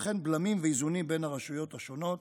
וכן בלמים ואיזונים בין הרשויות השונות,